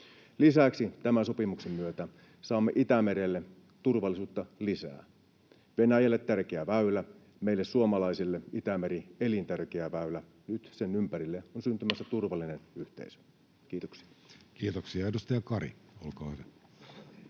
Lisäksi tämän sopimuksen myötä saamme Itämerelle turvallisuutta lisää. Venäjälle tärkeä väylä, meille suomalaisille Itämeri elintärkeä väylä — nyt sen ympärille on syntymässä turvallinen yhteisö. — Kiitoksia. [Speech 33] Speaker: